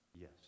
Yes